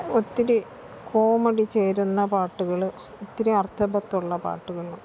ഒത്തിരി കോമഡി ചേരുന്ന പാട്ടുകൾ ഒത്തിരി അർത്ഥവത്തുള്ള പാട്ടുകൾ